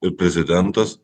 ir prezidentas